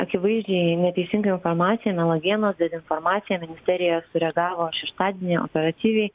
akivaizdžiai neteisinga informacija melagienos dezinformacija ministerija sureagavo šeštadienį operatyviai